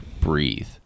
Breathe